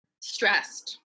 stressed